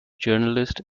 journalist